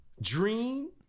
Dream